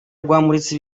rwamuritse